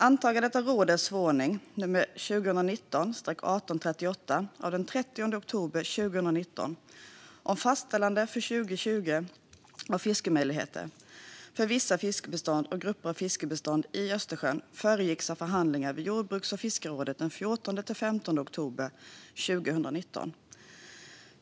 Antagandet av rådets förordning nr 2019/1838 av den 30 oktober 2019 om fastställande för 2020 av fiskemöjligheter för vissa fiskebestånd och grupper av fiskebestånd i Östersjön föregicks av förhandlingar vid jordbruks och fiskerådet den 14-15 oktober 2019.